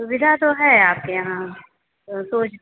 सुविधा तो है आपके यहाँ तो